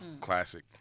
Classic